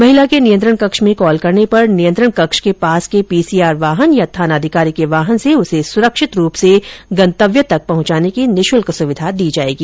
महिला के नियंत्रण कक्ष में कॉल करने पर नियंत्रण कक्ष के पास के पीसीआर वाहन या थानाधिकारी के वाहन से उसे सुरक्षित रूप से गंतव्य तक पहुंचाने की निशुल्क सुविधा दी जायेगी